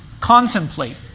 contemplate